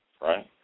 Right